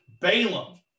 Balaam